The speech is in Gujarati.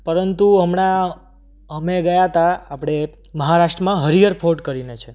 પરંતુ હમણાં અમે ગયા હતા આપણે મહારાષ્ટ્રમાં હરિહર ફોર્ટ કરીને છે